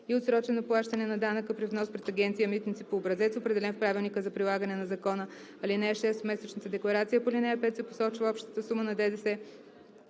и отсрочено плащане на данъка при внос пред Агенция „Митници“ по образец, определен в правилника за прилагане на закона. (6) В месечната декларация по ал. 5 се посочва общата сума на ДДС,